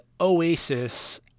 Oasis